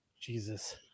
Jesus